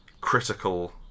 critical